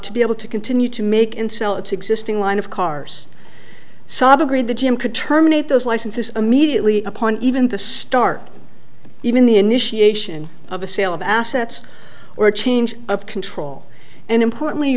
to be able to continue to make and sell its existing line of cars saab agreed the g m could terminate those licenses immediately upon even the start even the initiation of a sale of assets or a change of control and importantly